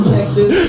Texas